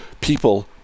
people